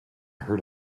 heard